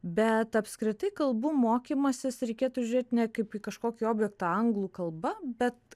bet apskritai kalbų mokymasis reikėtų žiūrėti ne kaip į kažkokį objektą anglų kalba bet